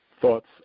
thoughts